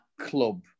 club